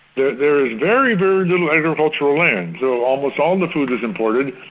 there there is very, very little agricultural land, so almost all the food is imported.